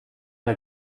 der